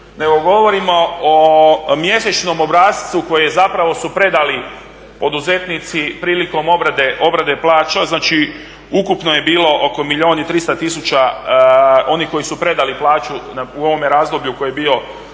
govorimo o mjesečnom obrascu koji su zapravo predali poduzetnici prilikom obrade plaća, znači ukupno je bilo oko 1 milijun i 300 tisuća onih koji su predali plaću u ovome razdoblju koje je bilo u